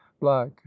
black